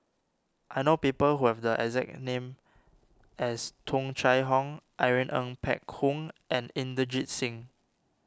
I know people who have the exact name as Tung Chye Hong Irene Ng Phek Hoong and Inderjit Singh